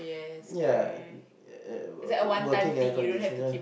ya uh working air conditioner